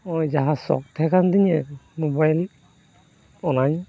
ᱱᱚᱜᱼᱚᱭ ᱡᱟᱦᱟᱸ ᱥᱚᱠ ᱛᱟᱦᱮᱸ ᱠᱟᱱ ᱛᱤᱧᱟᱹ ᱢᱳᱵᱟᱭᱤᱞ ᱚᱱᱟᱧ